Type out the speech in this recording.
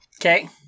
Okay